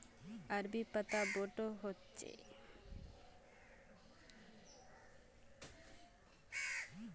अरबी पत्ता बोडो होचे